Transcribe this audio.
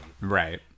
right